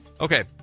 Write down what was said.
okay